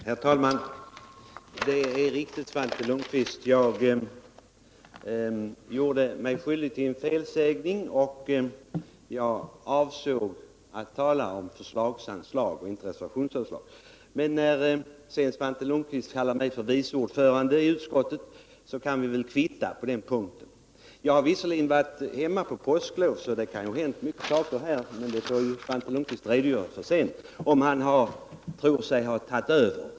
Herr talman! Det är riktigt, Svante Lundkvist, att jag gjorde mig skyldig till en felsägning. Jag avsåg att tala om förslagsanslag, inte reservationsanslag. Eftersom sedan Svante Lundkvist kallade mig för utskottets vice ordförande kan vi väl kvitta felsägningarna. Jag har visserligen varit hemma under påsklovet, och det kan ju ha hänt en del saker här. Men Svante Lundkvist får väl förklara lite närmare om han redan tror sig ha tagit över.